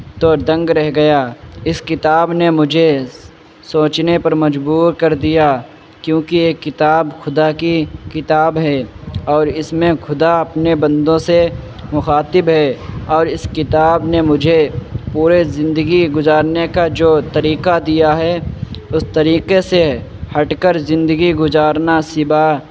تو دنگ رہ گیا اس کتاب نے مجھے سوچنے پر مجبور کر دیا کیونکہ یہ کتاب خدا کی کتاب ہے اور اس میں خدا اپنے بندوں سے مخاطب ہے اور اس کتاب نے مجھے پوری زندگی گزارنے کا جو طریقہ دیا ہے اس طریقے سے ہٹ کر زندگی گزارنا سوا